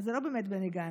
אבל זה לא באמת בני גנץ,